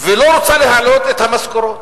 ולא רוצה להעלות את המשכורות,